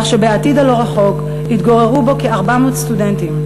כך שבעתיד הלא-רחוק יתגוררו בו כ-400 סטודנטים.